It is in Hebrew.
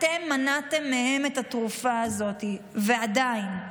אתם, מנעתם מהם את התרופה הזאת, ועדיין.